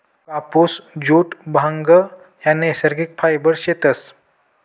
कापुस, जुट, भांग ह्या नैसर्गिक फायबर शेतस